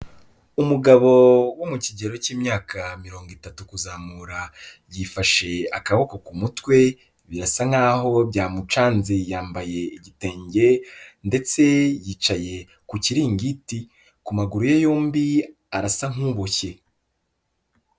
Umugabo wo mu kigero cy'imyaka mirongo itatu kuzamura, yifashe akaboko ku mutwe, birasa nkaho byamucanze yambaye igitenge, ndetse yicaye ku kiringiti, ku maguru ye yombi arasa nk'uboshye.